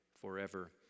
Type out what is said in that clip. forever